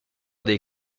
dei